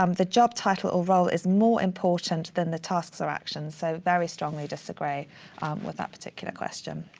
um the job title or role is more important than the tasks or actions. so very strongly disagree with that particular question.